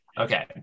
okay